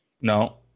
No